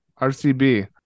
RCB